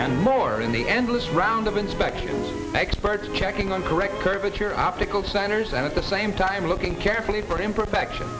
and more in the endless round of inspections experts checking on correct curvature optical centers and at the same time looking carefully for imperfections